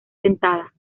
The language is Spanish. sentada